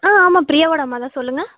ஆ ஆமாம் பிரியாவோடய அம்மா தான் சொல்லுங்கள்